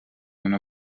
una